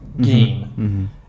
game